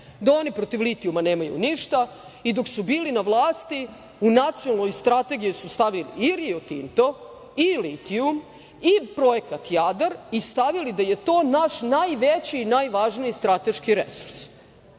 da oni protiv litijuma nemaju ništa i dok su bili na vlasti u Nacionalnoj strategiji su stavili i Rio Tinto i litijum i Projekat „Jadar“ i stavili da je to naš najveći i najvažniji strateški resurs.